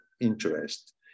interest